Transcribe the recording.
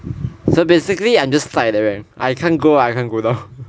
so basically I'm just tied at that rank I can't go up I can't go down